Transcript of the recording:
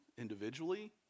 individually